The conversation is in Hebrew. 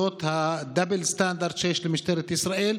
זה הדאבל סטנדרט שיש לממשלת ישראל.